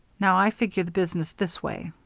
now, i figure the business this way.